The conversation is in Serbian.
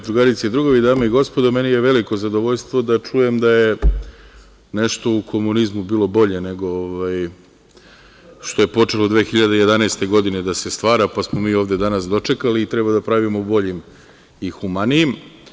Drugarice i drugovi, dame i gospodo, meni je veliko zadovoljstvo da čujem da je nešto u komunizmu bilo bolje nego što je počelo 2011. godine da se stvara, pa smo mi ovde danas dočekali i treba da pravimo boljim i humanijim.